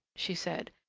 she said,